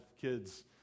kids